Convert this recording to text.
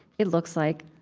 it looks like,